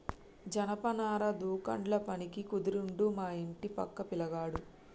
జనపనార దుకాండ్ల పనికి కుదిరిండు మా ఇంటి పక్క పిలగాడు